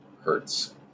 hertz